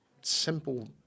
simple